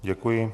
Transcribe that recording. Děkuji.